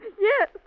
Yes